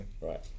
right